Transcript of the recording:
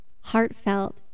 heartfelt